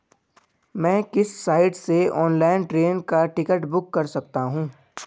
मैं किस साइट से ऑनलाइन ट्रेन का टिकट बुक कर सकता हूँ?